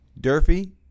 Durfee